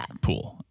pool